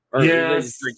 Yes